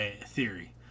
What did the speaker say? theory